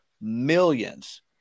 millions